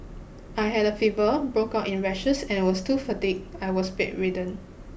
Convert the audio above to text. I had a fever broke out in rashes and was so fatigued I was bedridden